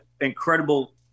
incredible